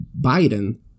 Biden